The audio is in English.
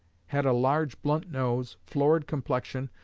had a large blunt nose, florid complexion,